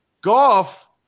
Golf